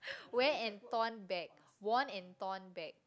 wear and torn bag worn and torn bag